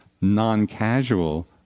non-casual